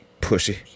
pussy